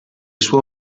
suo